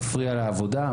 מפריע לעבודה,